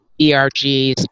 ERGs